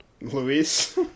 Luis